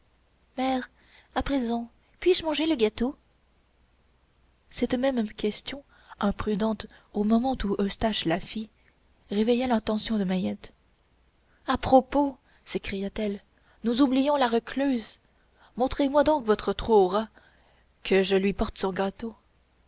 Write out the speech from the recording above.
à présent puis-je manger le gâteau cette même question imprudente au moment où eustache la fit réveilla l'attention de mahiette à propos s'écria-t-elle nous oublions la recluse montrez-moi donc votre trou aux rats que je lui porte son gâteau